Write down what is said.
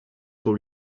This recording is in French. pour